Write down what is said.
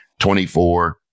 24